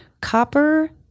copper